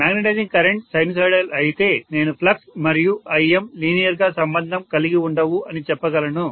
magnetising current sinusoidal అయితే నేను flux మరియు im లీనియర్ గా సంబంధం కలిగి ఉండవు అని చెప్పగలను